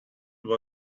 what